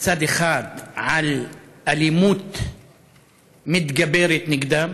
מצד אחד על אלימות מתגברת נגדם